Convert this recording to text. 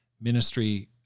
ministry